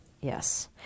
Yes